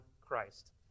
Christ